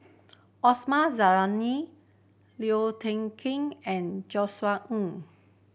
Osman Zailani Liu Ker and Josef Ng